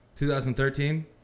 2013